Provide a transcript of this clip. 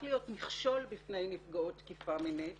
להיות מכשול בפני נפגעות תקיפה מינית